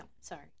Sorry